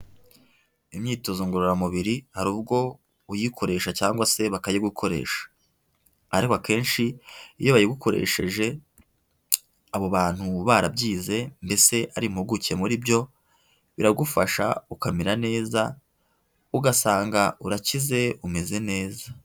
Imyitozo ngororamubiri hari ubwo uyikoresha cyangwa se bakayigukoresha. Ariko akenshi iyo bayigukoresheje abo bantu barabyize, mbese ari impuguke muri byo, biragufasha ukamera neza ugasanga urakize umeze neza.